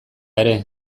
ere